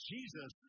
Jesus